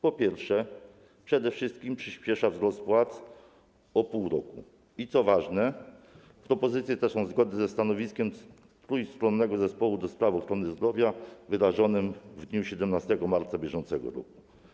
Po pierwsze, przede wszystkim przyspiesza to wzrost płac o pół roku i - co ważne - propozycje te są zgodne ze stanowiskiem Trójstronnego Zespołu do Spraw Ochrony Zdrowia wyrażonym w dniu 17 marca br.